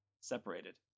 separated